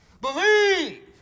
Believe